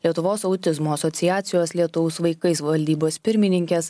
lietuvos autizmo asociacijos lietaus vaikais valdybos pirmininkės